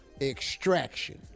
extraction